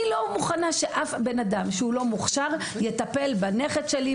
אני לא מוכנה שאף בן-אדם שהוא לא מוכשר יטפל בנכד שלי,